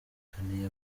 bakinanye